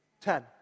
Ten